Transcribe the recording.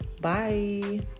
bye